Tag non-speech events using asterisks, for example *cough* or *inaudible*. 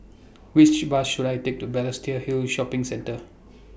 Which Bus should I Take to Balestier Hill Shopping Centre *noise*